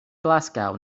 glasgow